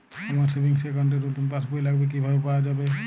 আমার savings account র নতুন পাসবই লাগবে কিভাবে পাওয়া যাবে?